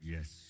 Yes